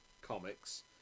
comics